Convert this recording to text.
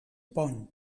pont